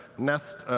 nest,